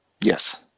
yes